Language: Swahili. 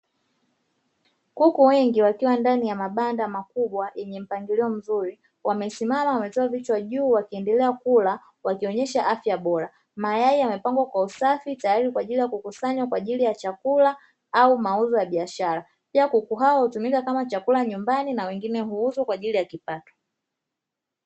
Kuku wengi wakiwa ndani ya mabanda makubwa yenye mpangilio mzuri, wamesimama wametoa vichwa juu wakiendelea kula wakionyesha afya bora. Mayai yamepangwa kwa usafi, tayari kwa kukusanywa kwa ajili ya chakula au mauzo ya biashara. Pia kuku hao hutumika kama chakula nyumbani na wengine huuzwa kwa ajili ya kipato.